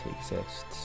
exists